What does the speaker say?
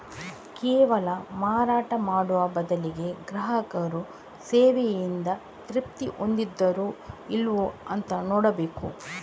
ಕೇವಲ ಮಾರಾಟ ಮಾಡುವ ಬದಲಿಗೆ ಗ್ರಾಹಕರು ಸೇವೆಯಿಂದ ತೃಪ್ತಿ ಹೊಂದಿದಾರೋ ಇಲ್ವೋ ಅಂತ ನೋಡ್ಬೇಕು